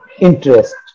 Interest